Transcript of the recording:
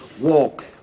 walk